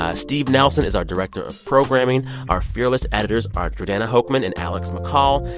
ah steve nelson is our director of programming. our fearless editors are jordana hochman and alex mccall.